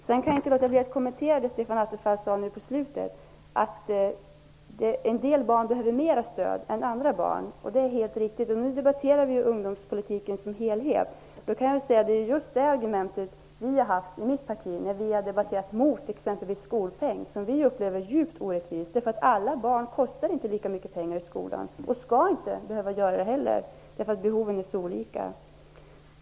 Sedan kan jag inte låta bli att kommentera litet grand vad Stefan Attefall sade nu på slutet, att en del barn behöver mera stöd än andra barn. Det är helt riktigt -- och nu debatterar vi ungdomspolitiken som helhet. Då kan jag säga att det är just det argumentet vi har haft i mitt parti, när vi har debatterat exempelvis mot skolpeng, som vi upplever som något djupt orättvist. Alla barn kostar inte lika mycket pengar i skolan och skall inte behöva göra det heller, därför att behoven är så olika.